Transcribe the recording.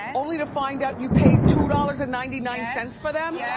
only to find out you paid two dollars and ninety nine cents for them? yeah